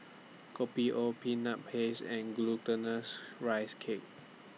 Kopi O Peanut Paste and Glutinous Rice Cake